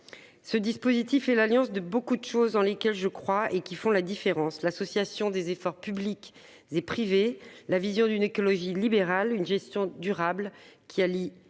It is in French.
Ce dispositif est l'alliance de beaucoup de choses en lesquelles je crois et qui font la différence : l'association des efforts publics et privés, la vision d'une écologie libérale, une gestion durable qui allie